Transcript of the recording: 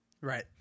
Right